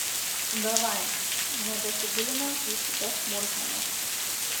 davai nebesigilinam į šitas smulkmenas